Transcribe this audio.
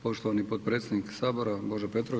Poštovani potpredsjednik sabora Božo Petrov.